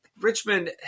Richmond